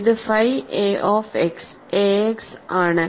ഇത് phi a of x ax ആണ്